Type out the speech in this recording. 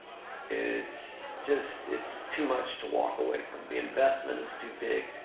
it's just it's too much to walk away from, the investment is too big.